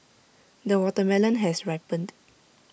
the watermelon has ripened